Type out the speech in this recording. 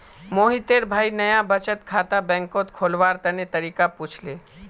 मोहितेर भाई नाया बचत खाता बैंकत खोलवार तने तरीका पुछले